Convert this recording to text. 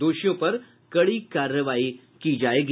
दोषियों पर कड़ी कार्रवाई की जायेगी